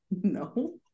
no